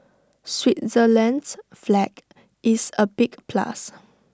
Switzerland's flag is A big plus